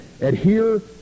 adhere